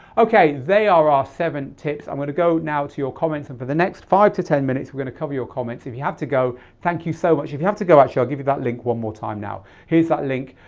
okay, they are our seven tips. i'm going to go now to your comments and for the next five to ten minutes, we're going to cover your comments. if you have to go, thank you so much. if you have to go, actually i'll give you that link one more time now. here's that link,